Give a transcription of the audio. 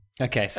Okay